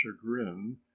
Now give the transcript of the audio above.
chagrin